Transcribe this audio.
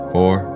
Four